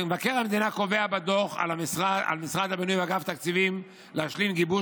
מבקר המדינה קובע בדוח שעל משרד הבינוי ואגף התקציבים להשלים גיבוש